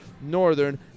Northern